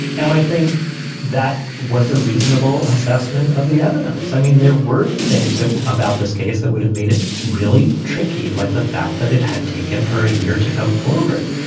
and i think that was a. reasonable assessment of the evidence. i mean, there were things about this case that would have made it really tricky, like the fact that it had taken her a year to come forward.